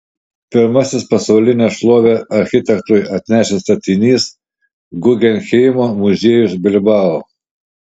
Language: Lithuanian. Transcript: pirmasis pasaulinę šlovę architektui atnešęs statinys guggenheimo muziejus bilbao